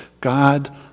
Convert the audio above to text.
God